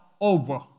over